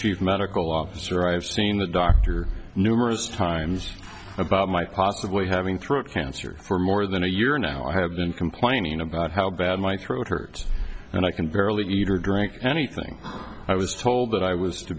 chief medical officer i have seen the doctor numerous times about my possibly having throat cancer for more than a year now i have been complaining about how bad my throat hurts and i can barely eat or drink anything i was told that i was to